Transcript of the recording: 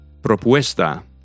propuesta